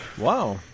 Wow